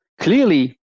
clearly